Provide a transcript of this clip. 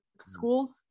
schools